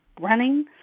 running